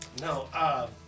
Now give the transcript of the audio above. No